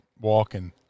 walking